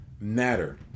matter